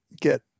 get